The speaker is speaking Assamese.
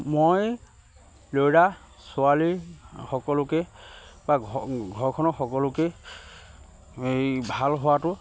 মই ল'ৰা ছোৱালী সকলোকে বা ঘৰখনৰ সকলোকে এই ভাল হোৱাতো